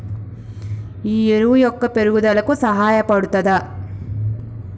ఈ ఎరువు మొక్క పెరుగుదలకు సహాయపడుతదా?